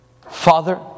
Father